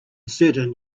certain